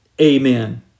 Amen